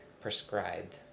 prescribed